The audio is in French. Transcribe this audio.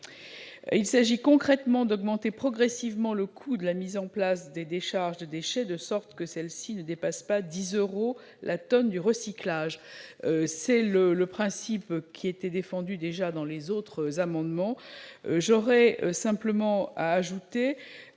Il s'agit concrètement d'augmenter progressivement le coût de la mise en place des décharges de déchets, de sorte que celles-ci ne dépassent pas 10 euros la tonne du recyclage. C'est le principe qui était déjà défendu dans les autres amendements. J'ajouterai simplement, et